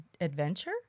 adventure